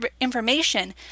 information